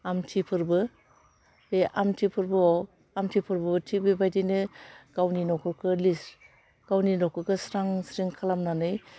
आमथि फोरबो बे आमथि फोरबोआव आमथि फोरबो थिख बेबादिनो गावनि न'खरखो गावनि न'खरखो स्रां स्रिं खालामनानै